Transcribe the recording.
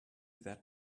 that